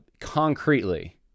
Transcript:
concretely